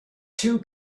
two